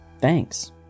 thanks